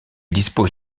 dispose